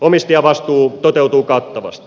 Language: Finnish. omistajavastuu toteutuu kattavasti